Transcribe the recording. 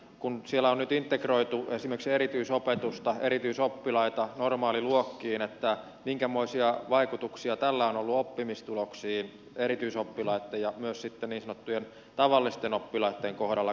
kun siellä on nyt integroitu esimerkiksi erityisopetusta erityisoppilaita normaaliluokkiin minkämoisia vaikutuksia tällä on ollut oppimistuloksiin erityisoppilaitten ja myös sitten niin sanottujen tavallisten oppilaitten kohdalla